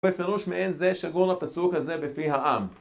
בפירוש מאין זה שגור הפסוק הזה בפי העם